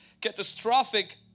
catastrophic